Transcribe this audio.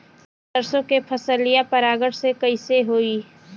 सरसो के फसलिया परागण से कईसे होई?